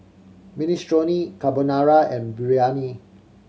Minestrone Carbonara and Biryani